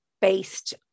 based